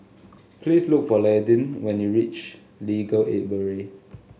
please look for Landyn when you reach Legal Aid Bureau